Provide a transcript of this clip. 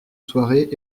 soirée